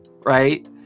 right